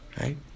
right